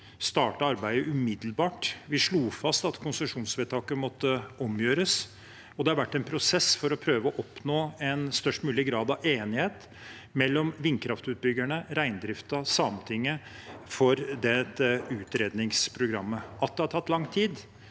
Vi startet arbeidet umiddelbart. Vi slo fast at konsesjonsvedtaket måtte omgjøres, og det har vært en prosess for å prøve å oppnå en størst mulig grad av enighet mellom vindkraftutbyggerne, reindriften og Sametinget for det utredningsprogrammet. At det har tatt lang tid,